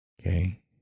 okay